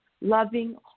loving